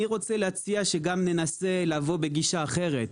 אני רוצה להציע שננסה לבוא בגישה אחרת: